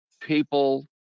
people